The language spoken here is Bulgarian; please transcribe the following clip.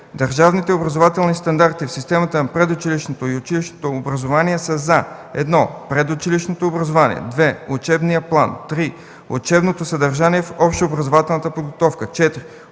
Държавните образователни стандарти в системата на предучилищното и училищното образование са за: 1. предучилищното образование; 2. учебния план; 3. учебното съдържание в общообразователната подготовка; 4. учебното съдържание в профилираната подготовка;